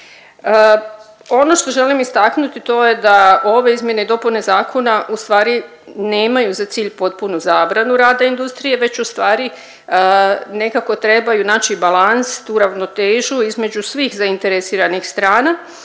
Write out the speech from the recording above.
Ono što želim istaknuti to je da ove izmjene i dopune zakona u stvari nemaju za cilj potpunu zabranu rada industrije već u stvari nekako trebaju naći balans, tu ravnotežu između svih zainteresiranih strana